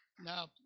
now